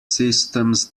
systems